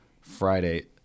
Friday